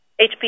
HP